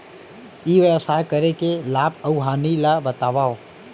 ई व्यवसाय करे के लाभ अऊ हानि ला बतावव?